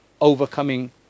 overcoming